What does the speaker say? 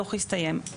הדוח הסתיים.